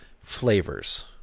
flavors